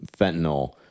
fentanyl